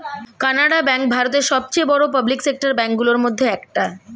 Canara bank ভারতের সবচেয়ে বড় পাবলিক সেক্টর ব্যাঙ্ক গুলোর মধ্যে একটা